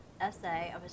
essay